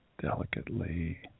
delicately